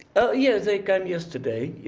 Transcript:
oh yes, they come yesterday. yeah.